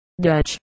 Dutch